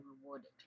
rewarded